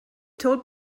told